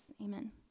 Amen